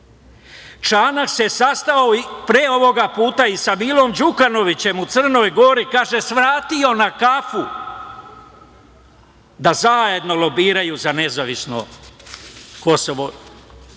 se sastao pre ovoga puta i sa Milom Đukanovićem u Crnoj Gori, kaže - svratio na kafu, da zajedno lobiraju za nezavisno Kosovo